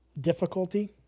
difficulty